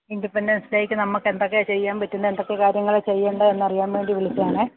independence ഡേയ്ക്ക് നമുക്ക് എന്തൊക്കെയാണ് ചെയ്യാൻ പറ്റുന്നത് എന്തൊക്കെ കാര്യങ്ങളാണ് ചെയ്യേണ്ടത് എന്ന് അറിയാൻ വേണ്ടി വിളിച്ചത് ആണ്